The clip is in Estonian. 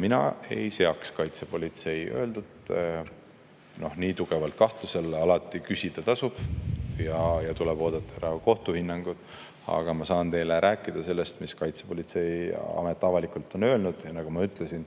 Mina ei seaks kaitsepolitsei öeldut nii tugevalt kahtluse alla. Küsida alati tasub. Tuleb oodata ära kohtu hinnangud. Ma saan teile rääkida sellest, mida Kaitsepolitseiamet on avalikult öelnud. Nagu ma ütlesin,